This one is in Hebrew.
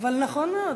--- אבל נכון מאוד